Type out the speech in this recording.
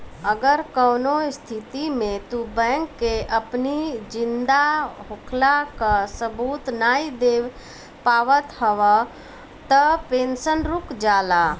अगर कवनो स्थिति में तू बैंक के अपनी जिंदा होखला कअ सबूत नाइ दे पावत हवअ तअ पेंशन रुक जाला